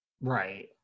Right